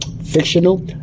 Fictional